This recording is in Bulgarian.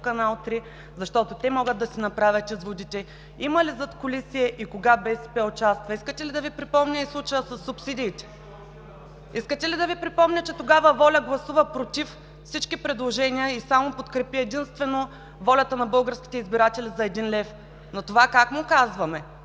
Канал 3, защото те могат да си направят изводите – има ли задкулисие и кога БСП участва. Искате ли да Ви припомня и случая със субсидиите? Искате ли да Ви припомня, че тогава ВОЛЯ гласува „против“ всички предложения и подкрепи само и единствено волята на българските избиратели – за един лев. На това как му казваме?